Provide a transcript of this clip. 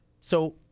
So-